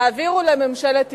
העבירו לממשלת ישראל: